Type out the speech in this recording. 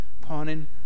pawning